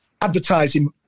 advertising